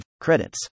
credits